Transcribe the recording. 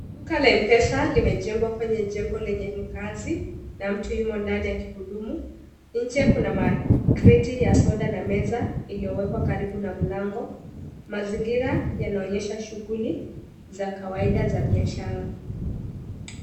Duka la M-Pesa limejengwa kwenye jengo lenye ngazi na mtu yumo ndani akihudumu. Nje kuna makreti ya soda na meza iliyowekwa karibu na mlango. Mazingira yanaonyesha shughuli za kawaida za biashara.